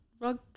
rug